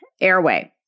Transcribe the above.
airway